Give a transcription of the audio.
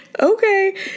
okay